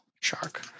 shark